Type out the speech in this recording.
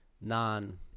non